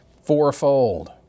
fourfold